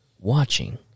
watching